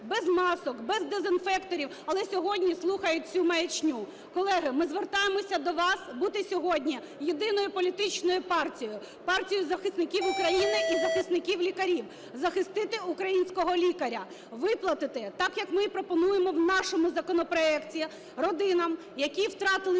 без масок, без дезінфекторів, але сьогодні слухають цю маячню. Колеги, ми звертаємося до вас бути сьогодні єдиною політичною партією – партією захисників України і захисників лікарів. Захистити українського лікаря, виплатити так, як ми і пропонуємо в нашому законопроекті, родинам, які втратили